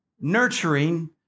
nurturing